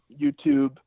YouTube